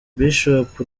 bishop